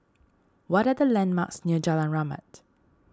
what are the landmarks near Jalan Rahmat